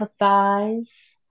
empathize